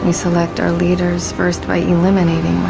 ah select our leaders first by eliminating